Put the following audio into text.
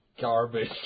garbage